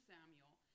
Samuel